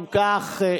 אם כך,